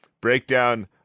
breakdown